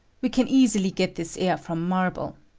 we can easily get this air from marble.